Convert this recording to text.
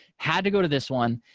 had to go to this one,